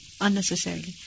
unnecessarily